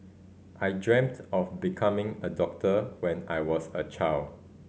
I dreamt of becoming a doctor when I was a child